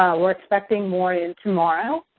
we're expecting more in tomorrow,